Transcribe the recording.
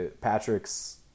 Patrick's